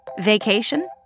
Vacation